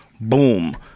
boom